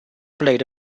played